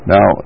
Now